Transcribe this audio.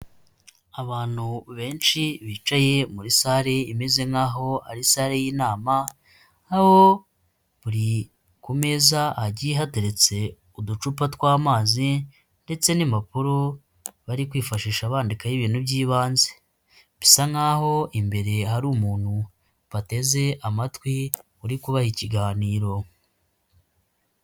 Abantu benshi bicaye muri sare imeze nkaho ari sare y'inama, aho buri ku meza agiye hateretse uducupa tw'amazi ndetse n'impapuro, bari kwifashisha bandikaho ibintu byibanze bisa nkaho imbere hari umuntu bateze amatwi uri kubaha ikiganiro.